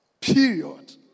period